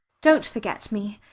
don't forget me.